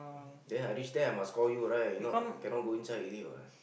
then I reach there I must call you right if not cannot go inside already what